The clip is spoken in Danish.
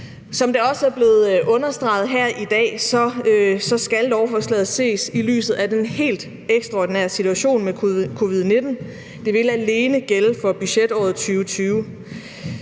Som det også er blevet understreget her i dag, skal lovforslaget ses i lyset af den helt ekstraordinære situation med covid-19. Det vil alene gælde for budgetåret 2020.